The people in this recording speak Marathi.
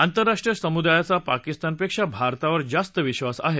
आंतरराष्ट्रीय समुदायाचा पाकिस्तानपक्षी भारतावर जास्त विश्वास आह